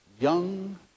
young